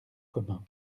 commun